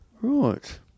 Right